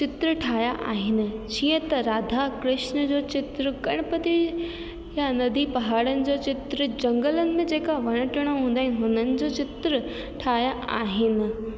चित्र ठाहियां आहिनि जीअं त राधा कृष्ण जो चित्र गणपति या नदी पहाड़नि जा चित्र जंगलनि में जेका वण टण हूंदा आहिनि हुननि जो चित्र ठाहियां आहिनि